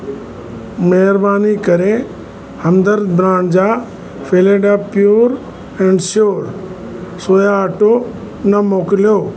महिरबानी करे हमदर्द ब्रांड जा फेलेडा प्यूर एंड श्योर सोया अटो न मोकिलियो